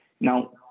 Now